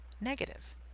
negative